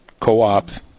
co-ops